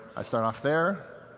i start off there,